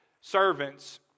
servants